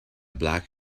black